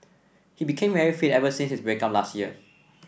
he became very fit ever since his break up last year